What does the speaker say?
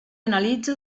analitza